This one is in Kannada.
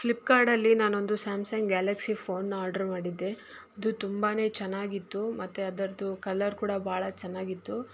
ಫ್ಲಿಪ್ಕಾರ್ಡಲ್ಲಿ ನಾನೊಂದು ಸ್ಯಾಮ್ಸಂಗ್ ಗ್ಯಾಲಕ್ಸಿ ಫೋನನ್ನು ಆರ್ಡರ್ ಮಾಡಿದ್ದೆ ಅದು ತುಂಬಾ ಚೆನ್ನಾಗಿತ್ತು ಮತ್ತು ಅದರದು ಕಲರ್ ಕೂಡ ಭಾಳ ಚೆನ್ನಾಗಿತ್ತು